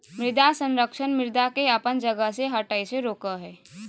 मृदा संरक्षण मृदा के अपन जगह से हठय से रोकय हइ